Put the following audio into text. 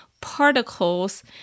particles